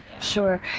sure